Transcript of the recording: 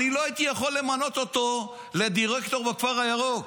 אני לא הייתי יכול למנות אותו לדירקטור בכפר הירוק.